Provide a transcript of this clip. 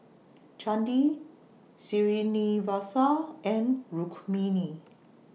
Chandi Srinivasa and Rukmini